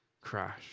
crash